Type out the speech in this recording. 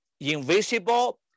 invisible